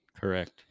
Correct